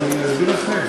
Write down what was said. אז אני אסביר אחרי.